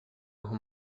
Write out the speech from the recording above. ojo